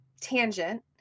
tangent